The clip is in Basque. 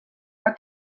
bat